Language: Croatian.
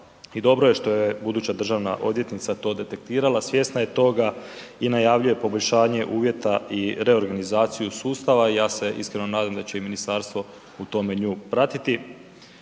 dobro je što je buduća državna odvjetnica to detektirala, svjesna je toga i najavljuje poboljšanje uvjeta i reorganizaciju sustava i ja se iskreno nadam da će i ministarstvo u tome nju pratiti.